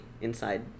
inside